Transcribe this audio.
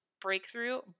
breakthrough